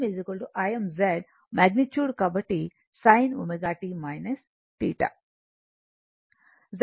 కాబట్టి sin ω t θ